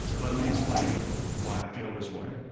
let me explain why i feel this way.